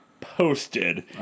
posted